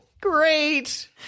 great